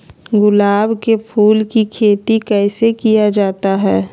गुलाब के फूल की खेत कैसे किया जाता है?